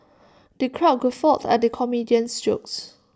the crowd guffawed at the comedian's jokes